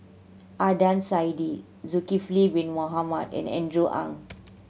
Adnan Saidi Zulkifli Bin Mohamed and Andrew Ang